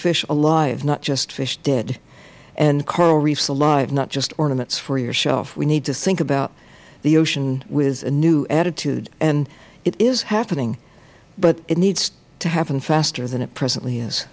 fish alive not just fish dead and coral reefs alive not just ornaments for your shelf we need to think about the ocean with a new attitude and it is happening but it needs to happen faster than it presently is